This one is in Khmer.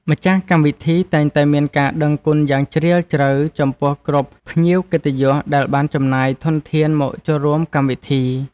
ម្ចាស់កម្មវិធីតែងតែមានការដឹងគុណយ៉ាងជ្រាលជ្រៅចំពោះគ្រប់ភ្ញៀវកិត្តិយសដែលបានចំណាយធនធានមកចូលរួមកម្មវិធី។